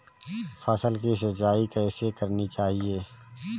फसल की सिंचाई कैसे करनी चाहिए?